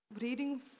reading